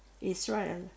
Israel